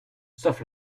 sauf